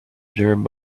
observed